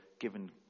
given